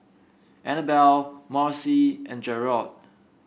Annabell Maci and Jerrod